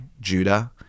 Judah